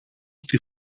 στη